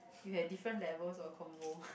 you have different levels or combo